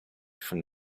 from